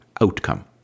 outcome